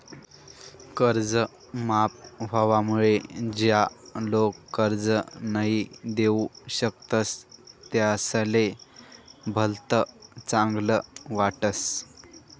कर्ज माफ व्हवामुळे ज्या लोक कर्ज नई दिऊ शकतस त्यासले भलत चांगल वाटस